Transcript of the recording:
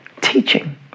teaching